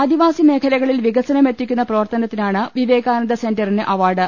ആദിവാസി മേഖലകളിൽ വികസന മെത്തിക്കുന്ന പ്രവ്ർത്തനത്തിനാണ് വിവേകാനന്ദ സെന്ററിന് അവാർഡ്